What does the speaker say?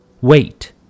Wait